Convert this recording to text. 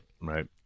right